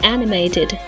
Animated